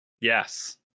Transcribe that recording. Yes